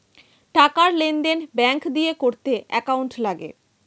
টাকার লেনদেন ব্যাঙ্ক দিয়ে করতে অ্যাকাউন্ট লাগে